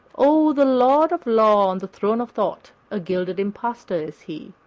o, the lord of law on the throne of thought, a gilded impostor is he.